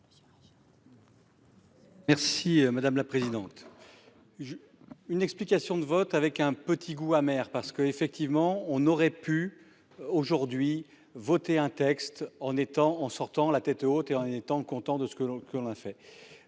Merci madame la présidente. Je une explication de vote avec un petit goût amer parce que effectivement on aurait pu aujourd'hui voter un texte en étant en sortant la tête haute et en étant content de ce que l'on, que